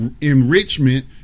enrichment